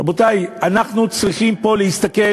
רבותי, אנחנו צריכים להסתכל